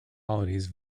holidays